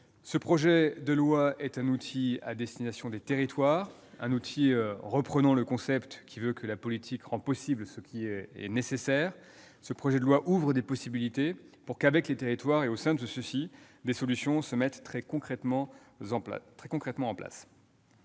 Ce projet de loi est un outil à destination des territoires, le credo qui l'anime étant que « la politique rend possible ce qui est nécessaire ». Il ouvre des possibilités pour que, avec les territoires et au sein de ceux-ci, des solutions se mettent très concrètement en place.